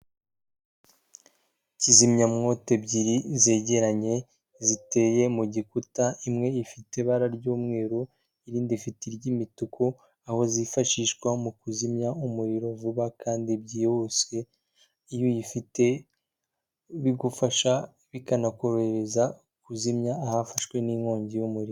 Kizimyamwoto ebyiri zegeranye ziteye mu gikuta imwe ifite ibara ry'umweru irindi ifite iry'imituku, aho zifashishwa mu kuzimya umuriro vuba kandi byihuse, iyo uyifite bigufasha bikanakorohereza kuzimya ahafashwe n'inkongi y'umuriro.